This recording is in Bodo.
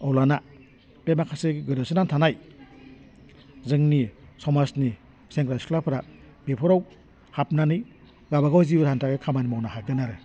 अब्लाना बे माखासे गोदोसोना थानाय जोंनि समाजनि सेंग्रा सिख्लाफोरा बेफोराव हाबनानै गावबा गाव जिउ राहानि थाखाय खामानि मावनो हागोन आरो